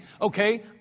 Okay